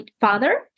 father